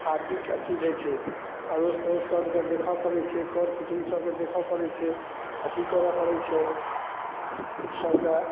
हार्दिक अथी दै छै अड़ोस पड़ोस सबके देखऽ पड़ै छै कर कुटुंम्ब सबके देखऽ पड़ै छै अथी करऽ पड़ै छै सबके